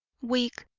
weak,